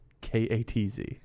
K-A-T-Z